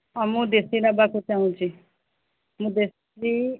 ହଁ ମୁଁ ଦେଶୀ ନେବାକୁ ଚାହୁଁଛି ମୁଁ ଦେଶୀ